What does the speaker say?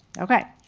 okay.